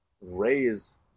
raise